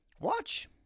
Watch